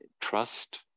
trust